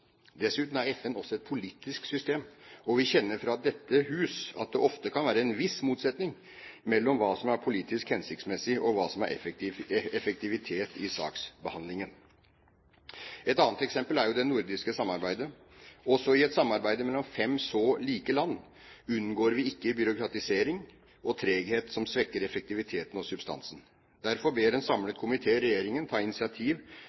Dessuten er FN også et politisk system, og vi kjenner fra dette hus at det ofte kan være en viss motsetning mellom hva som er politisk hensiktsmessig, og hva som er effektivitet i saksbehandlingen. Et annet eksempel er jo det nordiske samarbeidet. Også i et samarbeid mellom fem så like land unngår vi ikke byråkratisering og treghet som svekker effektiviteten og substansen. Derfor ber en samlet komité regjeringen ta initiativ